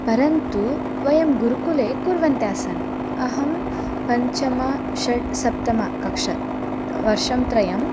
परन्तु वयं गुरुकुले कुर्वन्तः आसन् अहं पञ्चमः षड् सप्तमकक्ष्यातः वर्षं त्रयम्